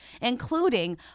including